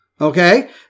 Okay